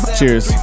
Cheers